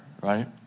right